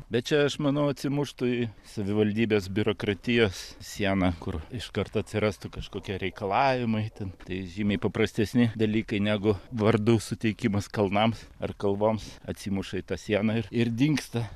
bet čia aš manau atsimuštų į savivaldybės biurokratijos sieną kur iškart atsirastų kažkokie reikalavimai ten tai žymiai paprastesni dalykai negu vardų suteikimas kalnams ar kalvoms atsimuša į tą sieną ir dingsta